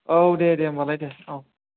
औ दे दे होनबालाय दे औ